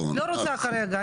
לא רוצה כרגע,